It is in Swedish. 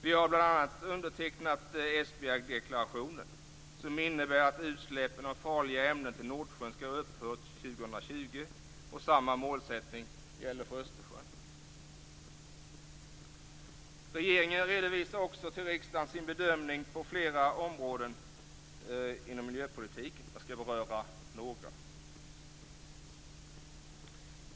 Vi har bl.a. undertecknat Esbjergdeklarationen, som innebär att utsläppen av farliga ämnen till Nordsjön skall ha upphört 2020, och samma målsättning gäller för Östersjön. Regeringen redovisar också till riksdagen sin bedömning på flera områden inom miljöpolitiken. Jag skall beröra några.